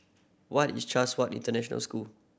what is Chatsworth International School